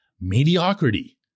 mediocrity